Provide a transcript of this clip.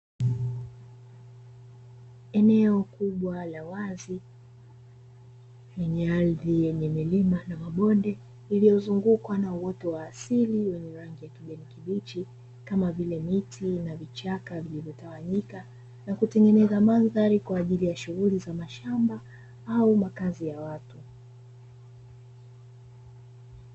Eneo kubwa la wazi lenye ardhi yenye milima na mabonde lililozungukwa na uoto wa asili wenye rangi ya kijani kibichi, kama vile miti na vichaka vilivyotawanyika na kutengeneza madhali kwaajili ya shughuli za mashamba au makazi ya watu.